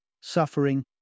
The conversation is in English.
suffering